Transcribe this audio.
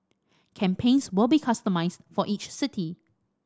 campaigns will be customised for each city